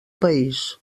país